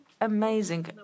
amazing